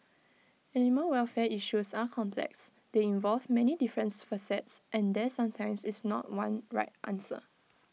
animal welfare issues are complex they involve many difference facets and there sometimes is not one right answer